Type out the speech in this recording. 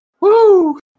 Woo